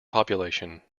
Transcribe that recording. population